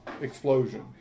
explosion